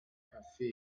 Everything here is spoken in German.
café